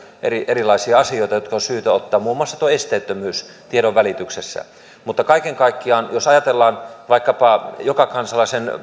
erilaisia asioita jotka on syytä ottaa huomioon muun muassa esteettömyys tiedonvälityksessä mutta kaiken kaikkiaan jos ajatellaan vaikkapa joka kansalaisen